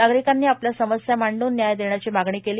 नागरिकांनी आपल्या समस्या मांडून न्याय देण्याची मागणी केली